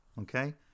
okay